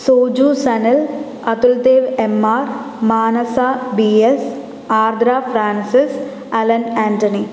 Soju Sanal Athuldev M R Manasa B S Ardra Francis Alan Antony